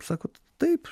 sakot taip